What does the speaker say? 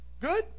Good